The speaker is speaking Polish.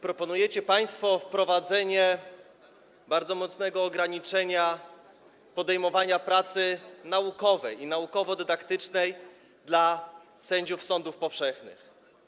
Proponujecie państwo wprowadzenie bardzo mocnego ograniczenia podejmowania pracy naukowej i naukowo-dydaktycznej dla sędziów sądów powszechnych.